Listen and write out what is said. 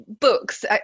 books